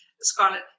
Scarlett